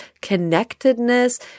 connectedness